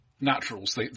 naturals